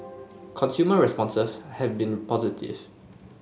consumer responses have been positive